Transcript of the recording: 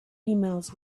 emails